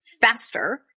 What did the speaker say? faster